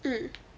mm